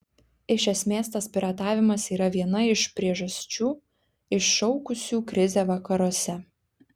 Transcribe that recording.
iš esmės tas piratavimas yra viena iš priežasčių iššaukusių krizę vakaruose